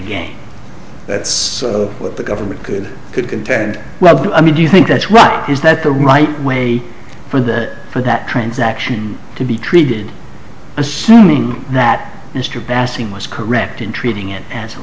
n that's what the government could could contend well i mean do you think that's right is that the right way for that for that transaction to be treated assuming that mr bassim was correct in treating it as a